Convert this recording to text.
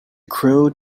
crow